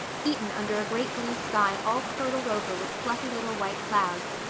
eaten under a great blue sky all curdled over with fluffy little white clouds,